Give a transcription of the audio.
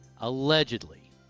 allegedly